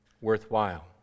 worthwhile